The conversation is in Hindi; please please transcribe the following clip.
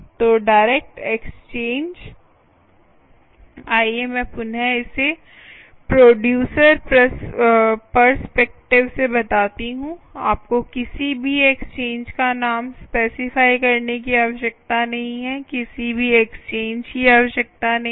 तो डायरेक्ट एक्सचेंज आइये मैं पुनः इसे प्रोडयूसर पर्सपेक्टिव से बताती हूँ आपको किसी भी एक्सचेंज का नाम स्पेसिफाई करने की आवश्यकता नहीं है किसी भी एक्सचेंज की आवश्यकता नहीं है